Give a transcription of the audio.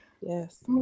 yes